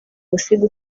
gusiga